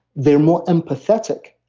they're more empathetic,